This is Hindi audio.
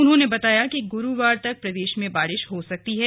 उन्होंने बताया कि गुरुवार तक प्रदेश में बारिश हो सकती है